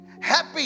Happy